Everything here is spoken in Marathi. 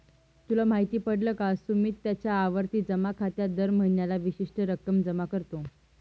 तुला माहित पडल का? सुमित त्याच्या आवर्ती जमा खात्यात दर महीन्याला विशिष्ट रक्कम जमा करतो